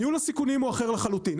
ניהול הסיכונים הוא אחר לחלוטין,